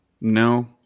No